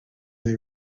they